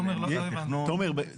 תומר,